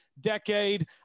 decade